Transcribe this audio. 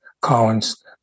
Collins